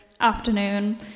afternoon